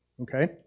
Okay